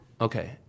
Okay